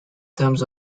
terms